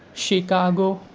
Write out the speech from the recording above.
Chicago